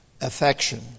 Affection